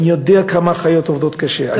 אני יודע כמה אחיות עובדות קשה,